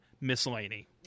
Miscellany